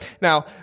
Now